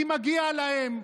כי מגיע להם.